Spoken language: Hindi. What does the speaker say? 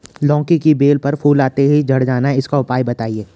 लौकी की बेल पर फूल आते ही झड़ जाना इसका उपाय बताएं?